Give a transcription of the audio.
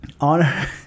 on